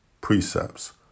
precepts